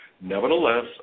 Nevertheless